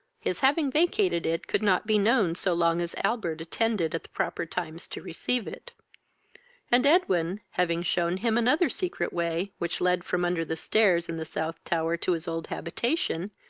his having vacated it could not be known so long as albert attended at the proper times to receive it and, edwin having shewn him another secret way, which led from under the stairs in the south tower to his old habitation,